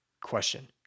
question